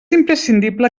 imprescindible